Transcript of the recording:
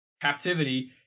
captivity